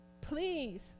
Please